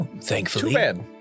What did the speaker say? Thankfully